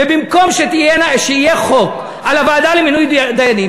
ובמקום שיהיה חוק על הוועדה למינוי דיינים,